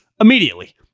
immediately